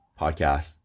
podcast